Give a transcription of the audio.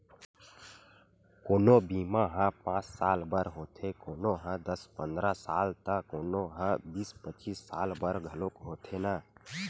कोनो बीमा ह पाँच साल बर होथे, कोनो ह दस पंदरा साल त कोनो ह बीस पचीस साल बर घलोक होथे न